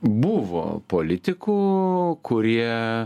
buvo politikų kurie